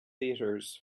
theatres